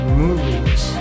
movies